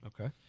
Okay